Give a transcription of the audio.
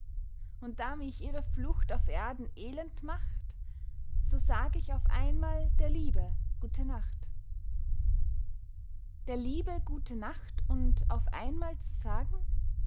und da mich ihre flucht auf erden elend macht so sag ich auf einmal der liebe gute nacht der liebe gute nacht und auf einmal zu sagen